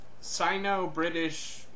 Sino-British